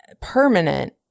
permanent